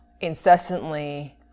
incessantly